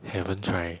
haven't try